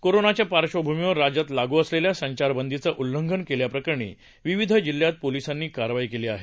कोरोनाच्या पार्श्वभुमीवर राज्यात लागू असलेल्या संचारबंदीचं उल्लंघन केल्या प्रकरणी विविध जिल्ह्यात पोलिसांनी कारवाई केली आहे